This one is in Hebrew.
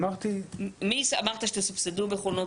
אמרת שתסבסדו מכונות.